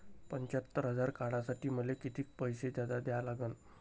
पंच्यात्तर हजार काढासाठी मले कितीक पैसे जादा द्या लागन?